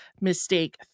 Mistake